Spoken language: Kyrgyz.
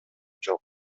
жок